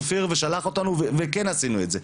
אופיר והוא שלח אותנו וכן עשינו את זה.